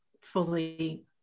fully